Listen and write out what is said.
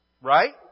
right